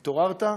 התעוררת?